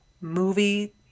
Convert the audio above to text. movie